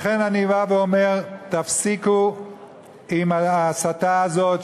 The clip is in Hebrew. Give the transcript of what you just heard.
לכן אני בא ואומר: תפסיקו עם ההסתה הזאת,